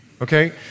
Okay